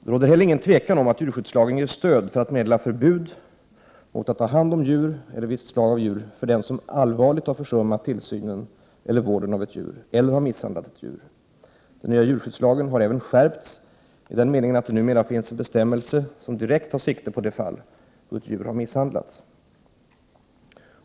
Det råder heller inget tvivel om att djurskyddslagen ger stöd för att meddela förbud mot att ha hand om djur eller visst slag av djur för den som allvarligt har försummat tillsynen eller vården av ett djur eller har misshandlat ett djur. Den nya djurskyddslagen har även skärpts i den meningen att det numera finns en bestämmelse som direkt tar sikte på det fall då ett djur har misshandlats.